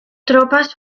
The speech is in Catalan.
tropes